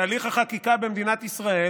שהליך החקיקה במדינת ישראל